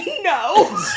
No